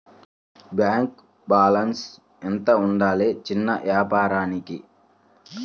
Bank balance ఎంత ఉండాలి చిన్న వ్యాపారానికి?